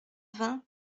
vingt